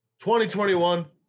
2021